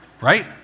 Right